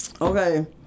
Okay